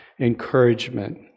encouragement